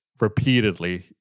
repeatedly